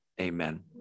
Amen